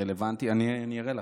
אני אראה לך כשאני ארד מפה.